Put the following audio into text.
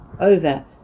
over